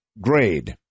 grade